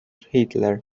hitler